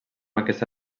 aquesta